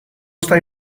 está